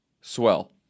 Swell